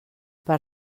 per